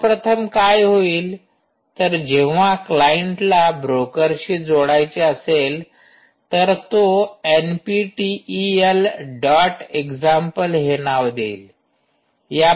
सर्वप्रथम काय होईल तर जेंव्हा क्लाइंटला ब्रोकरशी जोडायचे असेल तर तो एनपीटीईएल डॉट एक्झाम्पल हे नाव देईल